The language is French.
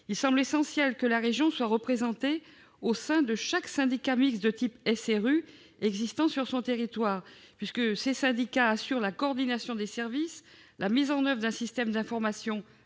en matière d'intermodalité, soit représentée au sein de chaque syndicat mixte de type SRU existant sur son territoire. Ces syndicats assurent la coordination des services, la mise en oeuvre d'un système d'information